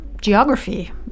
geography